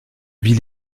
ville